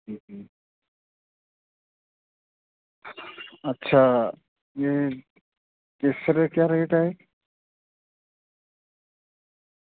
अच्छा एह् केसर दा केह् रेट ऐ एह्